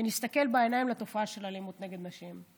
ונסתכל בעיניים של התופעה של אלימות נגד נשים,